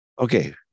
Okay